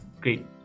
great